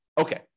Okay